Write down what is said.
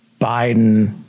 Biden